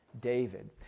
David